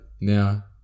Now